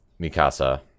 Mikasa